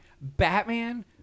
Batman